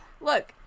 Look